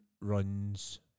runs